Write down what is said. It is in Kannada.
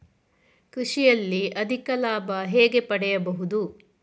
ಕೃಷಿಯಲ್ಲಿ ಅಧಿಕ ಲಾಭ ಹೇಗೆ ಪಡೆಯಬಹುದು?